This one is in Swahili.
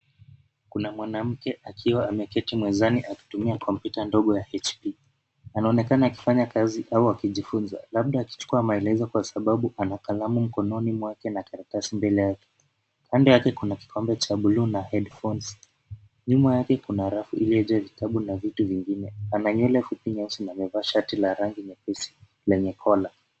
Kuna mwanamke akiwa ameketi mezani akitumia kompyuta ndogo ya HP. Anaonekana akifanya kazi au akijifunza labda akichukua maelezo kwa sababu ako na kalamu mkononi mwake na karatasi mbele yake. Kando yake kuna kikombe cha blue na headphones . Nyuma yake kuna rafu iliyojaa vitabu na vitu vingine. Ana nywele nyeusi fupi na amevaa shati la rangi nyepesi lenye collar .